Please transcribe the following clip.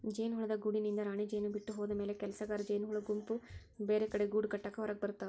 ಜೇನುಹುಳದ ಗೂಡಿನಿಂದ ರಾಣಿಜೇನು ಬಿಟ್ಟ ಹೋದಮ್ಯಾಲೆ ಕೆಲಸಗಾರ ಜೇನಹುಳಗಳ ಗುಂಪು ಬೇರೆಕಡೆ ಗೂಡಕಟ್ಟಾಕ ಹೊರಗಬರ್ತಾವ